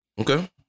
Okay